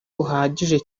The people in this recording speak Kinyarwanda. buhagije